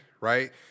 right